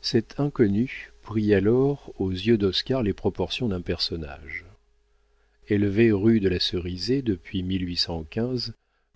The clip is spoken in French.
cet inconnu prit alors aux yeux d'oscar les proportions d'un personnage élevé rue de la cerisaie depuis